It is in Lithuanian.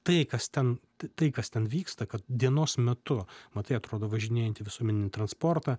tai kas ten t tai kas ten vyksta kad dienos metu matai atrodo važinėjantį visuomeninį transportą